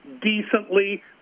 decently